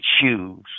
choose